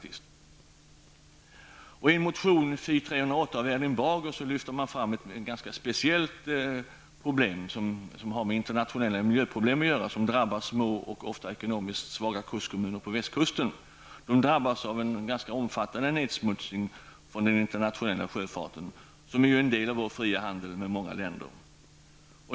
I en motion, Fi308, av Erling Bager m.fl. lyfter man fram ett speciellt internationellt miljöproblem, som drabbar små och ofta ekonomiskt svaga kustkommuner på västkusten. Dessa kommuner utsätts av en omfattande nedsmutsning från den internationella sjöfarten, som är en del av vår fria handel med många länder.